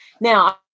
Now